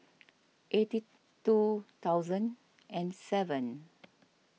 eighty two thousand and seven